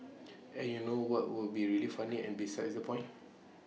and you know what would be really funny and besides the point